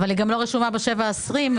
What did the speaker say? אבל הוא גם לא רשום בשבעה עד ה-20.